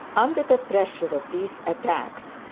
under the pressure of these attacks,